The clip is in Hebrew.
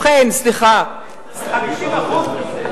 על 50% מזה.